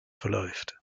verläuft